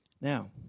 Now